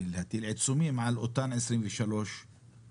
להטיל עיצומים על אותן 23 רשויות,